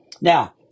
Now